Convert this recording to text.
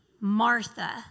Martha